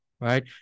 right